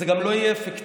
זה גם לא יהיה אפקטיבי.